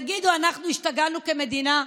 תגידו, אנחנו השתגענו כמדינה?